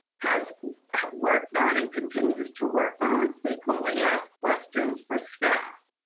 has worked on and continues to work on frequently asked questions for staff,